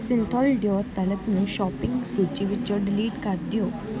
Cinthol deo talc ਨੂੰ shopping ਸੂਚੀ ਵਿੱਚੋਂ ਡਿਲੀਟ ਕਰ ਦਿਓ